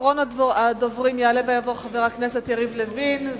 אחרון הדוברים, יעלה ויבוא חבר הכנסת יריב לוין.